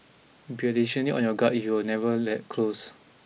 be additionally on your guard if you were never that close